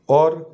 और